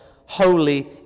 holy